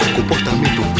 Comportamento